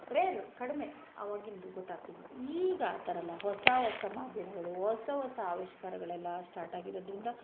rare ಕಡಿಮೆ ಅವಾಗಿಂದು ಗೊತ್ತಾಗ್ತಿದ್ದದು ಈಗ ಆ ಥರ ಅಲ್ಲ ಹೊಸ ಹೊಸ ಮಾಧ್ಯಮಗಳು ಹೊಸ ಹೊಸ ಆವಿಷ್ಕಾರಗಳೆಲ್ಲ ಸ್ಟಾರ್ಟ್ ಆಗಿರೋದರಿಂದ